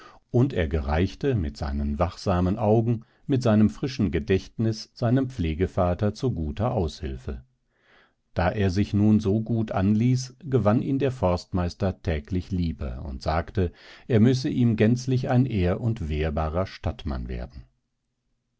und er gereichte mit seinen wachsamen augen mit seinem frischen gedächtnis seinem pflegevater zu guter aushilfe da er sich nun so gut anließ gewann ihn der forstmeister täglich lieber und sagte er müsse ihm gänzlich ein ehr und wehrbaren stadtmann werden